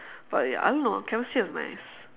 but ya I don't know chemistry was nice